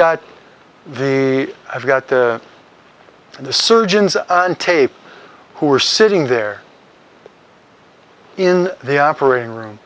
got the i've got the surgeons tape who are sitting there in the operating room